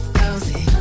cozy